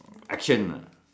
action ah